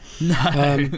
No